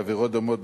בעבירות דומות,